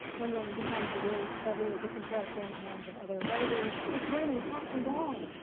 wonder woman becomes a really ah really different character in the hands of other writers. it's raining cats and dogs.